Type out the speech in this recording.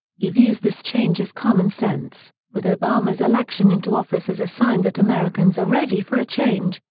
he views this change as common sense, with obama's election into office as a sign that americans are ready for a change,